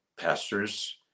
pastors